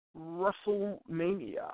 WrestleMania